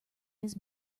his